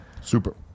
Super